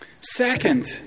Second